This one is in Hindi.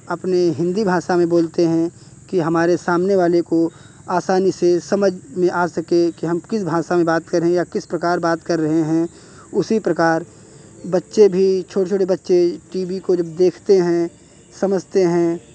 अपने हिन्दी भाषा में बोलते हैं कि हमारे सामने वाले को आसानी से समझ में आ सके कि हम किस भाषा में बात कर रहे हैं या किस प्रकार बात कर रहे हैं उसी प्रकार बच्चे भी छोटे छोटे बच्चे टी वी को जब देखते हैं समझते हैं